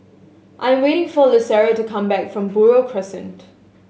I am waiting for Lucero to come back from Buroh Crescent